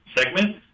segment